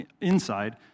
inside